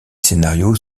scénarios